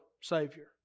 savior